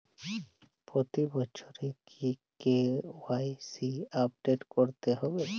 প্রতি বছরই কি কে.ওয়াই.সি আপডেট করতে হবে?